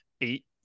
eight